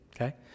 okay